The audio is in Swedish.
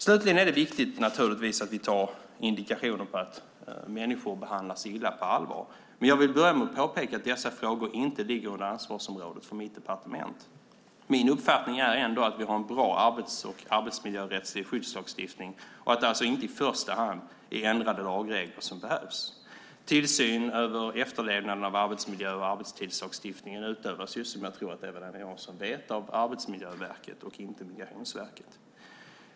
Det är naturligtvis också viktigt att vi tar indikationer på att människor behandlas illa på allvar. Men jag vill börja med att påpeka att dessa frågor inte ligger under ansvarsområdet för mitt departement. Min uppfattning är ändå att vi har en bra arbets och arbetsmiljörättslig skyddslagstiftning och att det alltså inte i första hand är ändrade lagregler som behövs. Tillsyn över efterlevnaden av arbetsmiljö och arbetstidslagstiftningen utövas, som jag tror att Eva-Lena Jansson vet, av Arbetsmiljöverket och inte Migrationsverket.